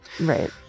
right